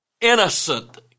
innocent